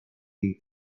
jej